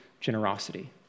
generosity